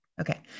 Okay